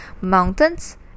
mountains